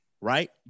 Right